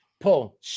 pull